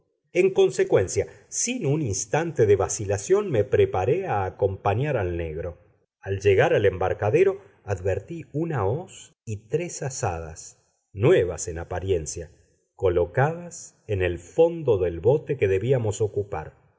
en consecuencia sin un instante de vacilación me preparé a acompañar al negro al llegar al embarcadero advertí una hoz y tres azadas nuevas en apariencia colocadas en el fondo del bote que debíamos ocupar